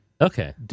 Okay